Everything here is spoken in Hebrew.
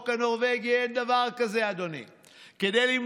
אבל יש כאן 36 אנשים שבאמת,